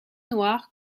noirs